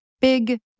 big